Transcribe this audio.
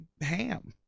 ham